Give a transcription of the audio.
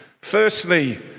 Firstly